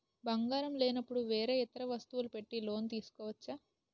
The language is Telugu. బంగారం లేనపుడు వేరే ఇతర వస్తువులు పెట్టి లోన్ తీసుకోవచ్చా?